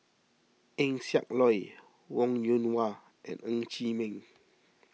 Eng Siak Loy Wong Yoon Wah and Ng Chee Meng